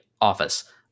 office